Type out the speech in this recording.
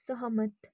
सहमत